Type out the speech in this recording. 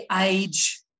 age